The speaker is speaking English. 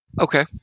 Okay